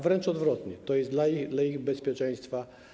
Wręcz odwrotnie, to jest dla ich bezpieczeństwa.